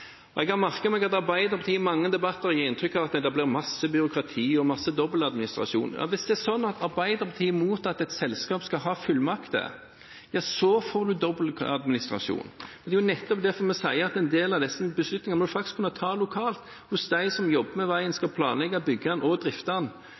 Jeg har merket meg at Arbeiderpartiet i mange debatter gir inntrykk av at det blir masse byråkrati og masse dobbeltadministrasjon. Ja, hvis det er sånn at Arbeiderpartiet er imot at et selskap skal ha fullmakter, ja, så får en dobbeltadministrasjon. Det er jo nettopp derfor vi sier at en del av disse beslutningene må en faktisk kunne ta lokalt, hos dem som jobber med veien